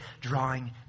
drawing